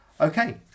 Okay